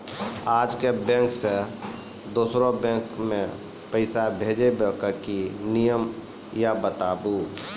आजे के बैंक से दोसर बैंक मे पैसा भेज ब की नियम या बताबू?